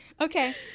Okay